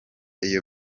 iyo